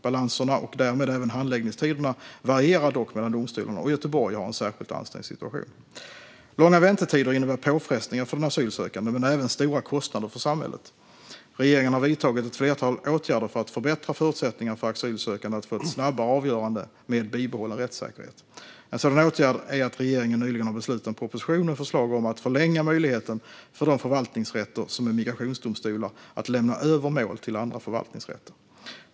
Balanserna och därmed även handläggningstiderna varierar dock mellan domstolarna, och Göteborg har en särskilt ansträngd situation. Långa väntetider innebär påfrestningar för den asylsökande men även stora kostnader för samhället. Regeringen har vidtagit ett flertal åtgärder för att förbättra förutsättningarna för asylsökande att få ett snabbare avgörande med bibehållen rättssäkerhet. En sådan åtgärd är att regeringen nyligen har beslutat om en proposition med förslag om att förlänga möjligheten för de förvaltningsrätter som är migrationsdomstolar att lämna över mål till andra förvaltningsrätter.